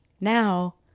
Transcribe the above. now